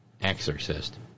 Exorcist